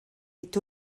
est